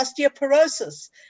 osteoporosis